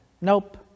Nope